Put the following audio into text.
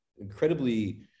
incredibly